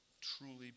truly